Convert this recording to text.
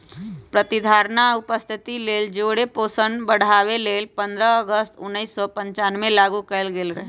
प्रतिधारणा आ उपस्थिति लेल जौरे पोषण बढ़ाबे लेल पंडह अगस्त उनइस सौ पञ्चानबेमें लागू कएल गेल रहै